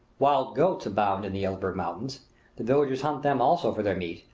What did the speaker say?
wild goats abound in the elburz mountains the villagers hunt them also for their meat,